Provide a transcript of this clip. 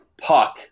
puck